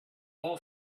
all